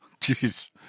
jeez